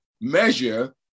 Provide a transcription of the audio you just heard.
measure